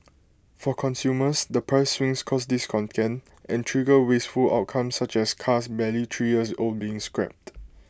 for consumers the price swings cause discontent and trigger wasteful outcomes such as cars barely three years old being scrapped